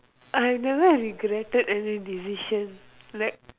I have never have regretted any decision like